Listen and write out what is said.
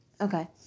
Okay